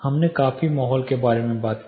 हमने काफी माहौल के बारे में बात की